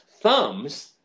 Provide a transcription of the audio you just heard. thumbs